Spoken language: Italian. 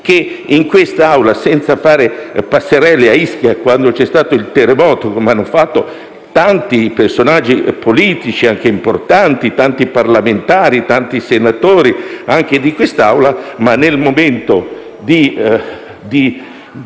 campani e senza fare passerelle a Ischia quando c'è stato il terremoto (come hanno fatto tanti personaggi politici, anche importanti, tanti parlamentari, tanti senatori anche di questa Assemblea). Nel momento di